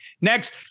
next